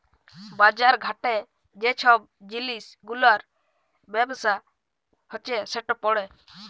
বাজার ঘাটে যে ছব জিলিস গুলার ব্যবসা হছে সেট পড়ে